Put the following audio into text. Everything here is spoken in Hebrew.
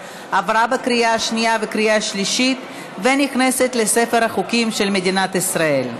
עברה בקריאה שנייה ובקריאה שלישית ונכנסת לספר החוקים של מדינת ישראל.